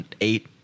eight